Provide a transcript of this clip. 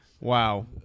Wow